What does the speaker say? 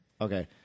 Okay